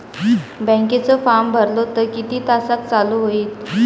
बँकेचो फार्म भरलो तर किती तासाक चालू होईत?